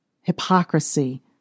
Hypocrisy